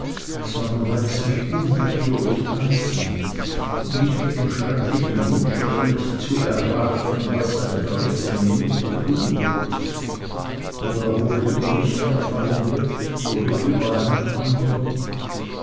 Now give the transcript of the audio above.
sondern weil es mich unnatürlich anzieht mich mit dem schrecklichen wunsch erfüllt zu erraten was er in der nächsten minute tun wird ob er wohl über mich herfallen wird oder über einen andern